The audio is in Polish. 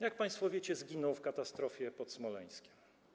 Jak państwo wiecie, zginął w katastrofie pod Smoleńskiem.